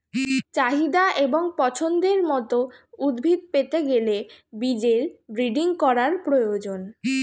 চাহিদা এবং পছন্দের মত উদ্ভিদ পেতে গেলে বীজের ব্রিডিং করার প্রয়োজন